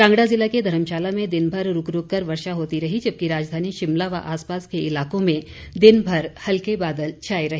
कांगड़ा ज़िला के धर्मशाला में दिनभर रूक रूक कर वर्षा होती रही जबकि राजधानी शिमला व आसपास के इलाकों में दिनभर हल्के बादल छाए रहे